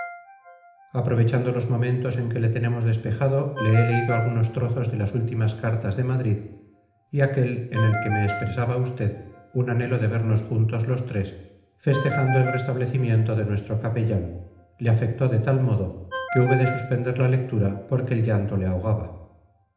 aprovechando los momentos en que le tenemos despejado le he leído algunos trozos de las últimas cartas de madrid y aquel en que me expresaba usted su anhelo de vernos juntos los tres festejando el restablecimiento de nuestro capellán le afectó de tal modo que hube de suspender la lectura porque el llanto le ahogaba